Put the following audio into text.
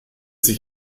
sich